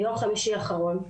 ביום חמישי האחרון,